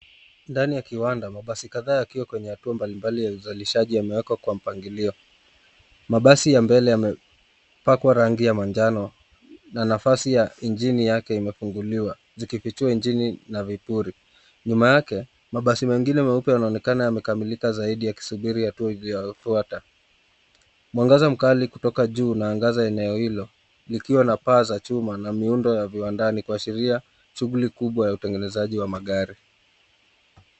Ndani ya kiwanda mabasi kadhaa yakiwa kwenye hatua mbali mbali ya uzalishaji yameekwa kwa mpangilio. Mabasi ya mbele yamepakwa rangi ya manjano na nafasi ya injini yake imefunguliwa zikifichua injini na vipuri. Nyuma yake, mabasi mengine meupe yanaonekana yamekamilika zaidi ya kisubiri hatua ya kufuata. Mwangaza mkali kutoka juu unaangaza eneo hilo likiwa na paa za chuma na miundo ya viwandani kuashiria shughuli kubwa ya utengenezaji wa magari.